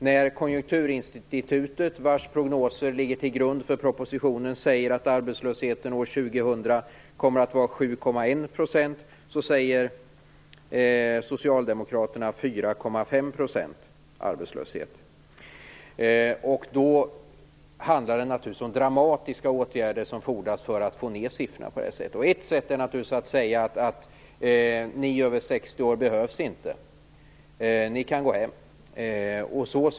När Konjunkturinstitutet, vars prognoser ligger till grund för propositionen, säger att arbetslösheten år 2000 kommer att vara Det fordras naturligtvis dramatiska åtgärder för att få ned siffrorna på det sättet. Ett sätt är att säga att de över 60 år inte behövs. De kan gå hem.